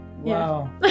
wow